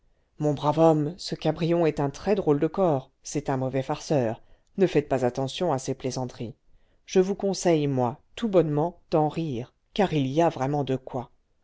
mon brave homme ce cabrion est un très drôle de corps c'est un mauvais farceur ne faites pas attention à ses plaisanteries je vous conseille moi tout bonnement d'en rire car il y a vraiment de quoi